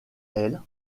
elle